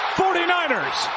49ers